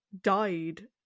died